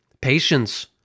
patience